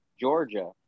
Georgia